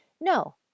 No